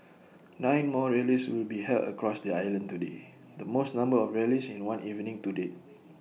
nine more rallies will be held across the island today the most number of rallies in one evening to date